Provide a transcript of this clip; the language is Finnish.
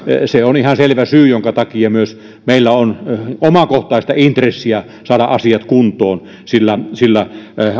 on ihan selvä syy jonka takia meillä on myös omakohtaista intressiä saada asiat kuntoon sillä sillä